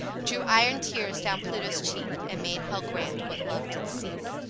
drew iron tears down pluto's cheek, and made hell grant what love did seek.